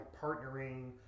partnering